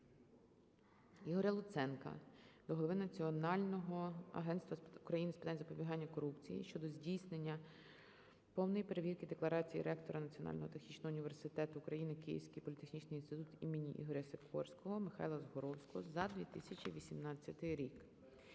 Ігоря Луценка до голови Національного агентства України з питань запобігання корупції щодо здійснення повної перевірки декларацій ректора Національного технічного університету України "Київський політехнічний інститут імені Ігоря Сікорського" Михайла Згуровського за 2018 рік.